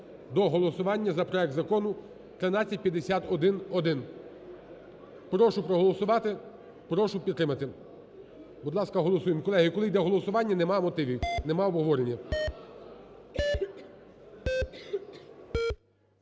до голосування за проект закону 1351-1. Прошу проголосувати, прошу підтримати. Будь ласка, голосуємо. Колеги, коли йде голосування, немає мотивів, немає обговорення.